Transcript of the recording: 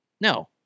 No